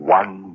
one